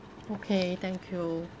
okay thank you